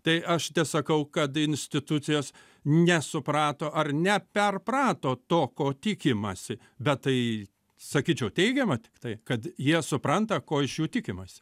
tai aš tesakau kad institucijos nesuprato ar neperprato to ko tikimasi bet tai sakyčiau teigiama tiktai kad jie supranta ko iš jų tikimasi